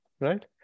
right